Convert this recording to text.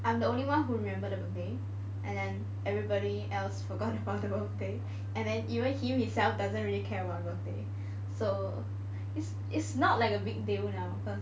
I'm the only one who remember the birthday and then everybody else forgot about the birthday and then even him himself doesn't really care about the birthday so it's it's not like a big deal lah